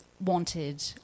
wanted